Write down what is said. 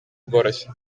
bworoshye